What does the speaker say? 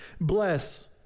bless